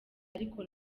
ariko